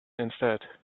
instead